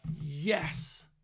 Yes